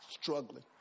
struggling